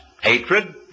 hatred